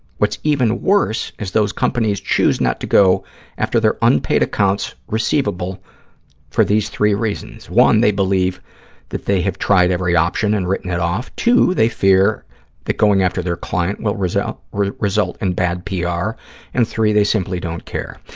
what's even worse is those companies choose not to go after their unpaid accounts receivable for these three reasons. one, they believe that they have tried every option and written it off. two, they fear that going after their client will result result in bad pr. ah and three, they simply don't care.